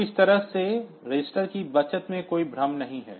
तो इस तरह से रजिस्टरों की बचत में कोई भ्रम नहीं है